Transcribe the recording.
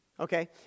Okay